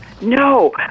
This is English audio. No